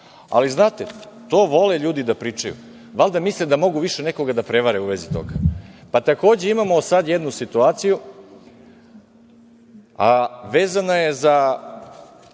znate, to vole ljudi da pričaju. Valjda misle da mogu više nekoga da prevare u vezi toga. Takođe imamo sada jednu situaciju, a vezana je za